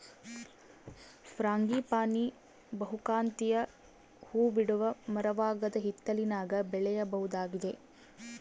frangipani ಬಹುಕಾಂತೀಯ ಹೂಬಿಡುವ ಮರವಾಗದ ಹಿತ್ತಲಿನಾಗ ಬೆಳೆಯಬಹುದಾಗಿದೆ